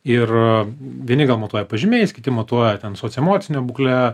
ir a vieni gal matuoja pažymiais kiti matuoja ten socioemocine būkle